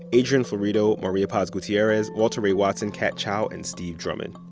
adrian florido, maria paz gutierrez, walter ray watson, kat chow and steve drummond.